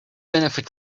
benefit